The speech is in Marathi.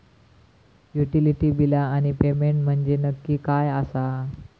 युटिलिटी बिला आणि पेमेंट म्हंजे नक्की काय आसा?